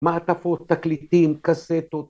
‫מעטפות, תקליטים, קסטות.